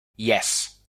yes